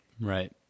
Right